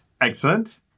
Excellent